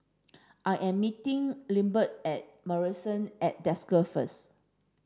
I am meeting Lindbergh at Marrison at Desker first